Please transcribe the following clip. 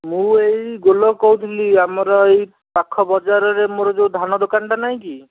ମୁଁ ଏଇ ଗୋଲକ କହୁଥିଲି ଆମର ଏଇ ପାଖ ବଜାରରେ ମୋର ଯେଉଁ ଧାନ ଦୋକାନଟା ନାହିଁକି